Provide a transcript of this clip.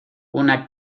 una